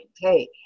hey